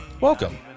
welcome